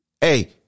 Hey